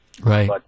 right